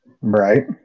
Right